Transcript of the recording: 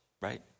right